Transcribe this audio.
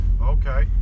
Okay